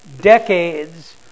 decades